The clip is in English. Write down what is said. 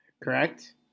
correct